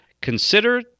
Consider